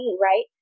right